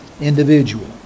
individual